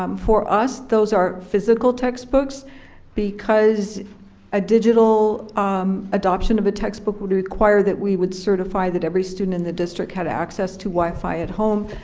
um for us, those are physical textbooks because a digital um adoption of a textbook would require that we would certify that every student in the district had access to wifi at home,